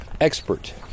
expert